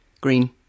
Green